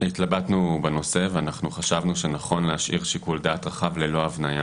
התלבטנו בנושא וחשבנו שנכון להשאיר שיקול דעת רחב ללא הבניה.